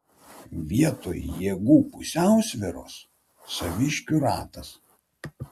vietoj jėgų pusiausvyros saviškių ratas